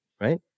right